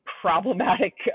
problematic